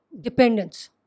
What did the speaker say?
dependence